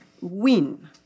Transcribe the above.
win